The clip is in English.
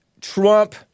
Trump